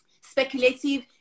speculative